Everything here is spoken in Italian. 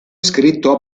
scritto